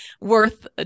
worth